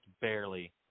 barely